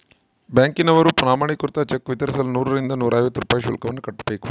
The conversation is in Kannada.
ಬ್ಯಾಂಕಿನವರು ಪ್ರಮಾಣೀಕೃತ ಚೆಕ್ ವಿತರಿಸಲು ನೂರರಿಂದ ನೂರೈವತ್ತು ರೂಪಾಯಿ ಶುಲ್ಕವನ್ನು ಕಟ್ಟಬೇಕು